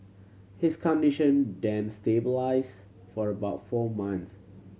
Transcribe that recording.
his condition then stabilised for about four months